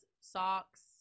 socks